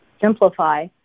simplify